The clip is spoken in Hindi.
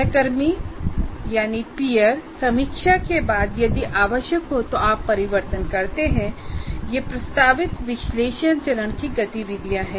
सहकर्मी पियरसमीक्षा के बाद यदि आवश्यक हो तो आप परिवर्तन करते हैं ये प्रस्तावित विश्लेषण चरण की गतिविधियां हैं